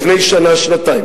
לפני שנה-שנתיים,